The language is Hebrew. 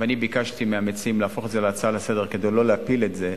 ואני ביקשתי מהמציעים להפוך את זה להצעה לסדר-היום כדי שלא להפיל את זה,